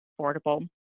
affordable